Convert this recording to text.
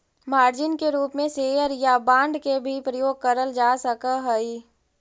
margin के रूप में शेयर या बांड के भी प्रयोग करल जा सकऽ हई